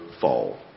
fall